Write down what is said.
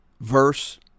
verse